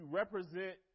represent